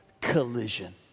collision